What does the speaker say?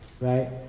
right